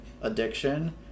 addiction